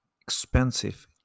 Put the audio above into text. Expensive